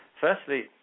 firstly